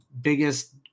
biggest